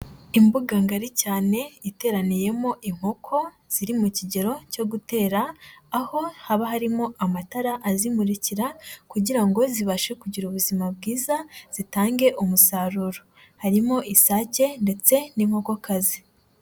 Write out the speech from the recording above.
Imbuga ngari cyane, iteraniyemo inkoko, ziri mu kigero cyo gutera, aho haba harimo amatara azimurikira, kugira ngo zibashe kugira ubuzima bwiza, zitange umusaruro. Harimo isake ndetse n'inkokokazi.